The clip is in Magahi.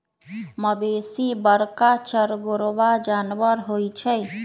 मवेशी बरका चरगोरबा जानबर होइ छइ